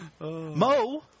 mo